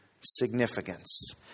significance